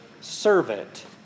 servant